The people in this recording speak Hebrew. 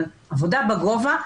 עבודה בגובה,